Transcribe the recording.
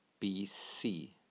BC